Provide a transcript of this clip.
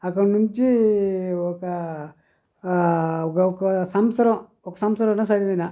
అక్కడి నుంచి ఒక ఒక సంవత్సరం ఒక సంవత్సరం అన్న చదివిన